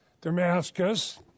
Damascus